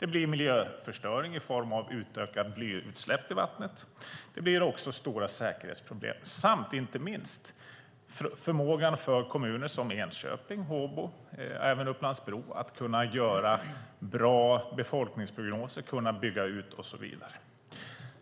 Det blir miljöförstöring i form av utökade blyutsläpp i vattnet. Det blir också stora säkerhetsproblem. Och det påverkar inte minst förmågan för kommuner som Enköping, Håbo och Upplands-Bro att göra bra befolkningsprognoser, bygga ut och så vidare.